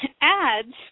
ads